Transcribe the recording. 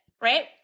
right